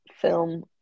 film